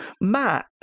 Matt